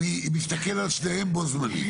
אני מסתכל על שניהם בו-זמנית.